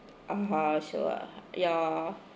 (uh huh) so ya